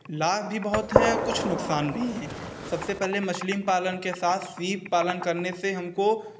लाभ भी बहुत हैं और कुछ नुकसान भी हैं सबसे पहले मछली पालन के साथ सीप पालन करने से हमको